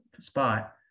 spot